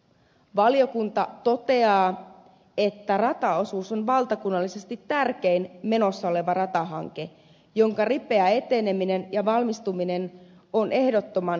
valiokunta toteaa että rataosuus on valtakunnallisesti tärkein menossa oleva ratahanke jonka ripeä eteneminen ja valmistuminen on ehdottoman välttämätöntä